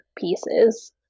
pieces